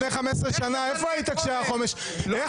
לפני 15 שנה איפה היית כשחומש --- איך